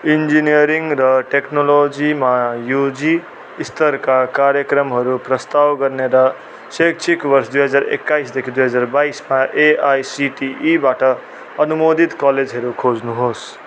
engineering र टेक्नोलोजीमा UG स्तरका कार्यक्रमहरू प्रस्ताव गर्ने र शैक्षिक बर्ष दुई हजार एक्काइसदेखि दुई हजार बाइसमा एआइसिटिईबाट अनुमोदित कलेजहेरू खोज्नुहोस्